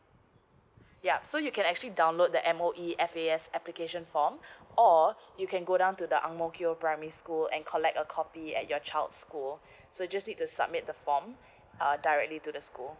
yup so you can actually download the M_O_E F_A_S application form or you can go down to the ang mo kio primary school and collect a copy at your child's school so just need to submit the form ugh directly to the school